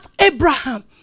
Abraham